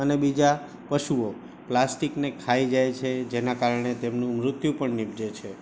અને બીજા પશુઓ પ્લાસ્ટિકને ખાઈ જાય છે જેના કારણે તેમનું મૃત્યુ પણ નીપજે છે